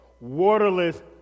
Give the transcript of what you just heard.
waterless